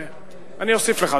אני אוסיף לך,